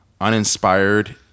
uninspired